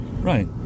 right